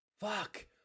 fuck